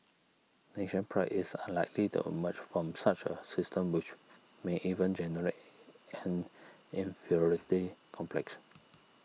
nation pride is unlikely to emerge from such a system which may even generate an inferiority complex